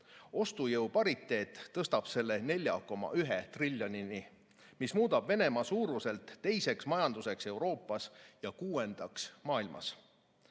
Ostujõu pariteet tõstab selle 4,1 triljonini, mis muudab Venemaa suuruselt teiseks majanduseks Euroopas ja kuuendaks maailmas.